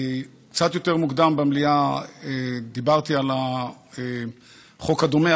קצת יותר מוקדם במליאה דיברתי על החוק הדומה,